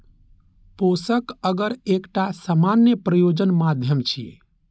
पोषक अगर एकटा सामान्य प्रयोजन माध्यम छियै